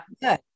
good